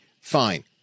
fine